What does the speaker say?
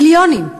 מיליונים,